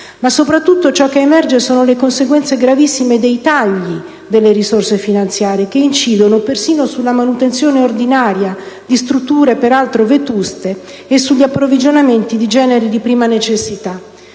Ma soprattutto ciò che emerge sono le conseguenze gravissime del taglio delle risorse finanziarie che incide persino sulla manutenzione ordinaria di strutture peraltro vetuste e sugli approvvigionamenti di generi di prima necessità.